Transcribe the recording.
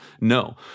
No